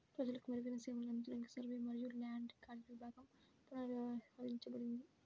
ప్రజలకు మెరుగైన సేవలను అందించడానికి సర్వే మరియు ల్యాండ్ రికార్డ్స్ విభాగం పునర్వ్యవస్థీకరించబడింది